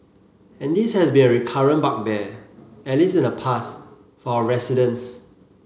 and this has been a recurrent bugbear at least in the past for our residents